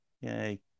Yay